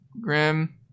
grim